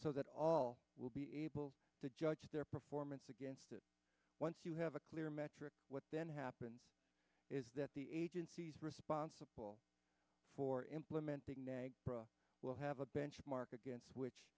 so that all will be able to judge their performance against it once you have a clear metric what then happens is that the agencies responsible for implementing negra will have a benchmark against which